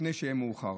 לפני שיהיה מאוחר.